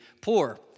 poor